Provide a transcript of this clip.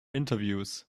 interviews